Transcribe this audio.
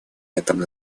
этом